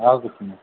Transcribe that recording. ଆଉ କିଛି ନାହିଁ